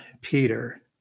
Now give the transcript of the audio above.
Peter